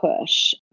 push